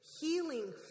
Healing